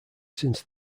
since